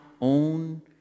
own